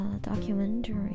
Documentary